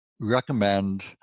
recommend